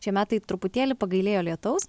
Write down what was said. šie metai truputėlį pagailėjo lietaus